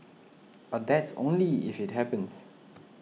but that's only if it happens